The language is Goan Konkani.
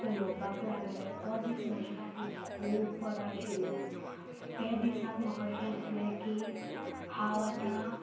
चलोवपाक लागले तो दीस म्हजे खातीर खूब बरो आशिल्लो तें दिसाक म्हाका अशें दिसलें की हांव आतां